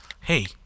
Hey